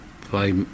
play